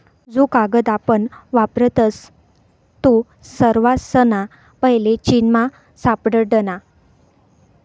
जो कागद आपण वापरतस तो सर्वासना पैले चीनमा सापडना